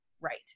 right